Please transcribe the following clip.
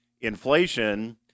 inflation